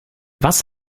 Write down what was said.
was